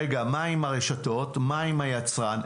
מה עם הרשתות ומה עם היצרן,